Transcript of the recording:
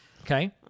Okay